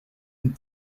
and